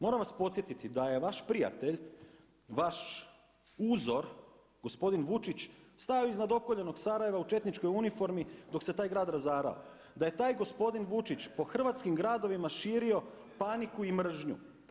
Moram vas podsjetiti da je vaš prijatelj, vaš uzor gospodin Vučić stajao iznad opkoljenog Sarajeva u četničkoj uniformi dok se taj grad razarao, da je taj gospodin Vučić po hrvatskim gradovima širo paniku i mržnju.